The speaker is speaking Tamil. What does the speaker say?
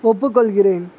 ஒப்புக்கொள்கிறேன்